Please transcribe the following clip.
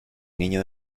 niño